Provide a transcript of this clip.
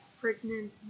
Pregnant